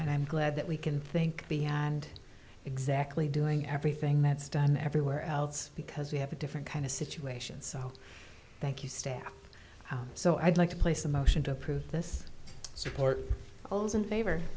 and i'm glad that we can think beyond exactly doing everything that's done everywhere else because we have a different kind of situation so thank you staff so i'd like to place a motion to approve this support also in favor